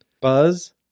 buzz